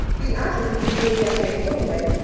the artist is edgar a holloway,